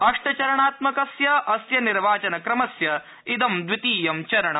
अष्टचरणात्मकस्य अस्य निर्वाचनक्रमस्य इदं द्वितीयं चरणम